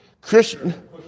Christian